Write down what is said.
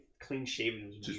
clean-shaven